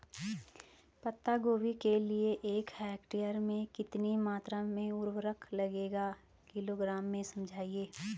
पत्ता गोभी के लिए एक हेक्टेयर में कितनी मात्रा में उर्वरक लगेगा किलोग्राम में समझाइए?